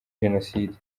jenoside